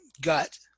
gut